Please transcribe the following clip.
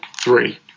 three